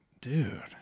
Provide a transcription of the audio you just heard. dude